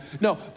No